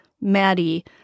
Maddie